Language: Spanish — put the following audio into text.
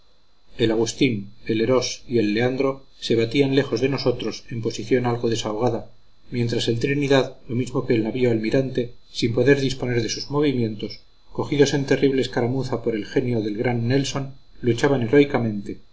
el agustín el herós y el leandro se batían lejos de nosotros en posición algo desahogada mientras el trinidad lo mismo que el navío almirante sin poder disponer de sus movimientos cogidos en terrible escaramuza por el genio del gran nelson luchaban